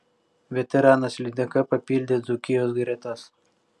veteranas lydeka papildė dzūkijos gretas